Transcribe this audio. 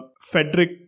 Frederick